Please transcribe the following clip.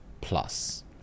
plus